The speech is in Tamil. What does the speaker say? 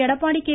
எடப்பாடி கே